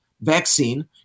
vaccine